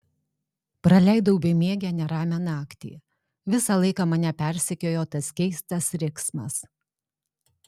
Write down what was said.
praleidau bemiegę neramią naktį visą laiką mane persekiojo tas keistas riksmas